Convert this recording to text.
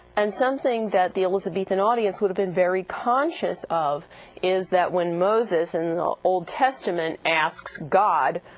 and something that the elizabethan audience would have been very conscious of is that when moses, in the old testament, asks god,